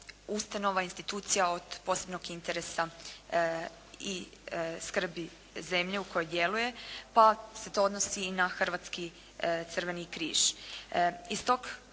ustanova, institucija od posebnog interesa i skrbi zemlje u kojoj djeluje pa se to odnosi i na Hrvatski crveni križ.